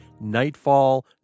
nightfall